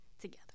together